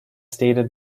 stated